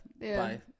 Bye